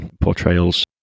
portrayals